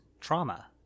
trauma